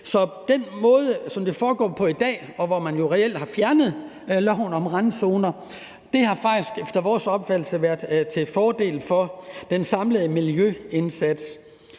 Den måde, som det foregår på i dag, hvor man jo reelt har fjernet loven om randzoner, har faktisk efter vores opfattelse været til fordel for den samlede miljøindsats.